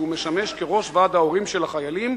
שהוא משמש כראש ועד ההורים של החיילים,